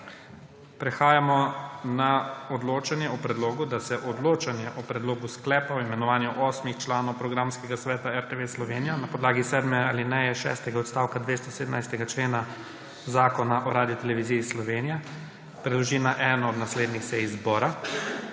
Prehajamo na odločanje o predlogu, da se odločanje o Predlogu sklepa o imenovanju osmih članov Programskega sveta RTV Slovenija na podlagi sedme alineje šestega odstavka 217. člena Zakona o Radioteleviziji Slovenija preloži na eno od naslednjih sej zbora.